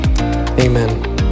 Amen